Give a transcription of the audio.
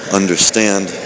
understand